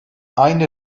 aynı